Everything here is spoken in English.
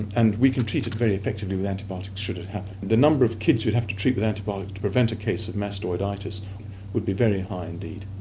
and we can treat it very effectively with antibiotics should it happen. the number of kids you'd have to treat with antibiotics to prevent a case of mastoiditis would be very high indeed.